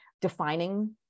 defining